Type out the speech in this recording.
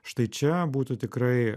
štai čia būtų tikrai